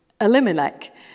Elimelech